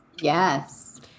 Yes